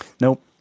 Nope